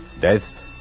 Death